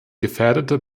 gefährdete